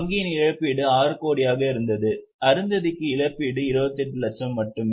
வங்கியின் இழப்பீடு 6 கோடியாக இருந்தது அருந்ததிக்கு இழப்பீடு 28 லட்சம் மட்டுமே